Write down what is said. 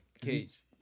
Cage